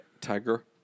Tiger